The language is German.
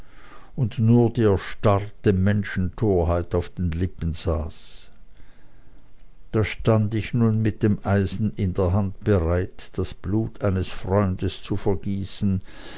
und nur die erstarrte menschentorheit auf den lippen saß da stand ich nun mit dem eisen in der hand bereit das blut eines freundes zu vergießen